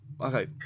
okay